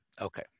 Okay